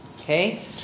Okay